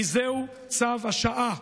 כי זהו צו השעה,